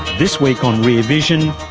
this week on rear vision,